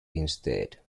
instead